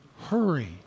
Hurry